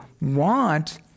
want